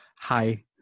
hi